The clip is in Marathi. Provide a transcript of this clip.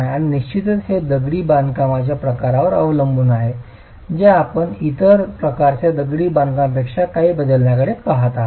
आणि निश्चितच हे दगडी बांधकामाच्या प्रकारावर अवलंबून आहे जे आपण इतर प्रकारच्या दगडी बांधकामापेक्षा काही बदलण्याकडे पहात आहात